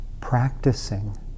practicing